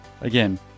again